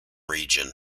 region